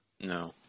No